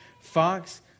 fox